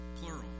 plural